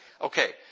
Okay